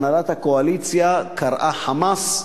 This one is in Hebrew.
הנהלת הקואליציה קראה חמס,